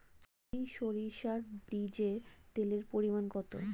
টরি সরিষার বীজে তেলের পরিমাণ কত?